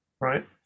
right